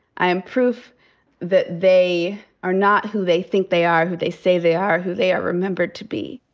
i am proof that they are not who they think they are, who they say they are, who they are remembered to be.